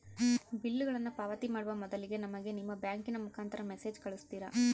ಬಿಲ್ಲುಗಳನ್ನ ಪಾವತಿ ಮಾಡುವ ಮೊದಲಿಗೆ ನಮಗೆ ನಿಮ್ಮ ಬ್ಯಾಂಕಿನ ಮುಖಾಂತರ ಮೆಸೇಜ್ ಕಳಿಸ್ತಿರಾ?